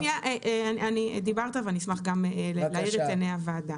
אני אשמח גם להאיר את עיניי הוועדה.